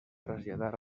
traslladar